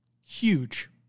huge